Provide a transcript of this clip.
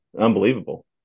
unbelievable